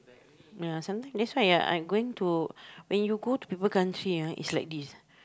ya something that's why ah I'm going to when you go to people country ah it's like this